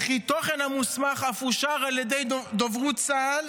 וכי תוכן המסמך אף אושר על ידי דוברות צה"ל,